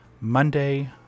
Monday